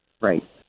Right